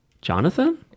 jonathan